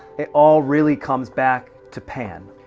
it all really comes back to pan.